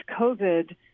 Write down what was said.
COVID